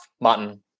mutton